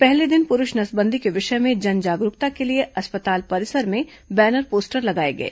पहले दिन पुरूष नसंदी के विषय में जन जागरुकता के लिए अस्पताल परिसर में बैनर पोस्टर लगाए गए